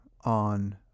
on